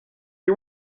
you